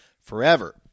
forever